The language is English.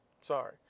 Sorry